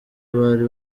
bari